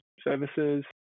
services